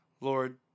Lord